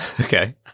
Okay